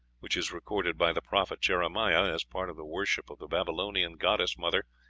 which is recorded by the prophet jeremiah as part of the worship of the babylonian goddess-mother,